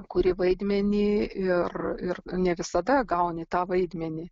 kuri vaidmenį ir ir ne visada gauni tą vaidmenį